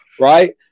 Right